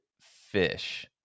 Fish